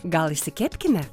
gal išsikepkime